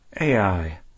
AI